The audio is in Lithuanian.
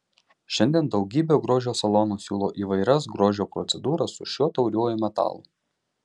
šiandien daugybė grožio salonų siūlo įvairias grožio procedūras su šiuo tauriuoju metalu